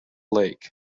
lake